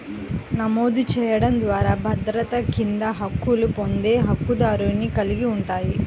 నమోదు చేయడం ద్వారా భద్రత కింద హక్కులు పొందే హక్కుదారుని కలిగి ఉంటాయి,